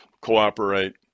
cooperate